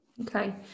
okay